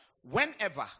whenever